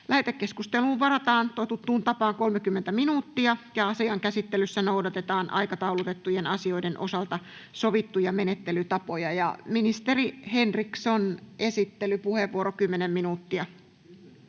Lähetekeskusteluun varataan totuttuun tapaan 30 minuuttia ja asian käsittelyssä noudatetaan aikataulutettujen asioiden osalta sovittuja menettelytapoja. Ministeri Henriksson, esittelypuheenvuoro, 10 minuuttia